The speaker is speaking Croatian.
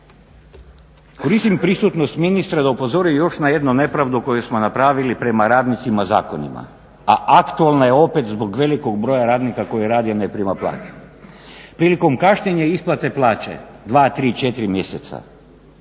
koristim prisutnost ministra da upozori još na jednu nepravdu koju smo napravili prema radnicima zakonima. A aktualna je opet zbog velikog broja radnika koji rade, a ne primaju plaću. Prilikom kašnjenja isplate plaća 2, 3, 4 mjeseca